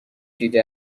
دیده